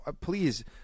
please